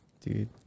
dude